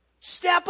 step